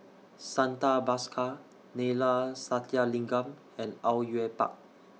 Santha Bhaskar Neila Sathyalingam and Au Yue Pak